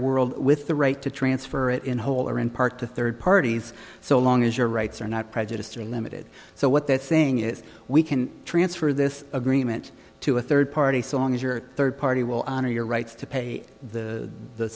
world with the right to transfer it in whole or in part to third parties so long as your rights are not prejudiced or limited so what they're saying is we can transfer this agreement to a third party songs or third party will honor your rights to pay the